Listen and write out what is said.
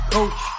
Coach